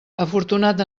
afortunat